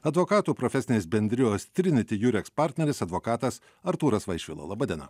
advokatų profesinės bendrijos triniti jureks partneris advokatas artūras vaišvila laba diena